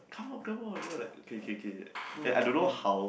come on come on and then I okay okay I don't know how